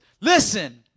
Listen